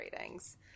ratings